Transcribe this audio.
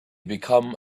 become